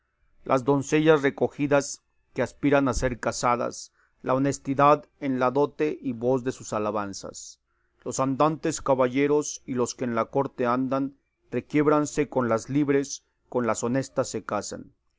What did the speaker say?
las doncellas recogidas que aspiran a ser casadas la honestidad es la dote y voz de sus alabanzas los andantes caballeros y los que en la corte andan requiébranse con las libres con las honestas se casan